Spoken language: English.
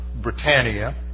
Britannia